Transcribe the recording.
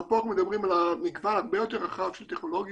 אבל פה אנחנו מדברים על מגוון הרבה יותר רחב של טכנולוגיות.